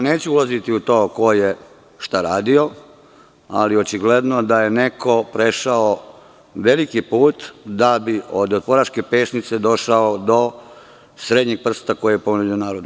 Neću ulaziti u to ko je šta radio ali očigledno je da je neko prešao veliki put da bi od otporaške pesnice došao do srednjeg prsta koji je ponudio narodu.